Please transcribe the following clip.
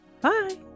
Bye